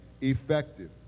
effective